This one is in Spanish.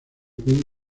queen